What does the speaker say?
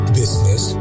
business